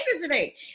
today